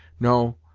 no,